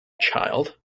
child